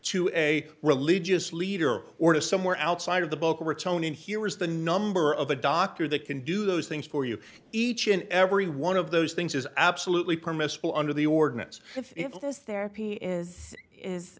to a religious leader or to somewhere outside of the boca raton and here is the number of a doctor that can do those things for you each and every one of those things is absolutely permissible under the ordinance if i